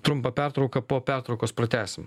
trumpą pertrauką po pertraukos pratęsim